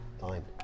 Fine